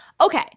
Okay